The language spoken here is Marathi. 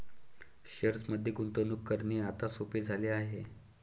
शेअर्समध्ये गुंतवणूक करणे आता सोपे झाले आहे